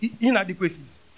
inadequacies